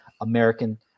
American